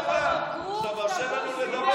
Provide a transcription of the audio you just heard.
תודה רבה שאתה מרשה לנו לדבר.